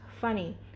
funny